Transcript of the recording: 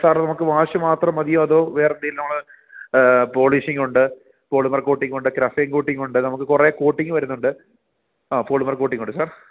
sir നമുക്ക് wash മാത്രം മതിയോ അതോ വേറെ എന്തേലും നമ്മൾ പോളിഷിങ്ങുണ്ട് പോളിമർ കോട്ടിങ്ങുണ്ട് ഗ്രാഫെയ്ൻ കോട്ടിങ്ങ് നമുക്ക് കുറെ കോട്ടിങ്ങ് വരുന്നുണ്ട് ആ പോളിമർ കോട്ടിങ്ങുണ്ട് സാർ